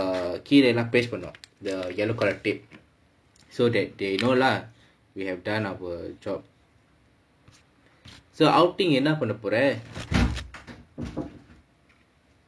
err கீழேலாம்:keezhaelaam patch பண்ணுவான்:pannuvaan the yellow correct tape so that they know lah we have done our job so outing enough on the